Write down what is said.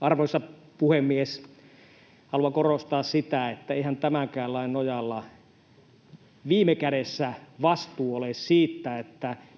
Arvoisa puhemies! Haluan korostaa sitä, että eihän tämänkään lain nojalla viime kädessä vastuu siitä,